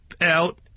out